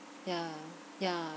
ya ya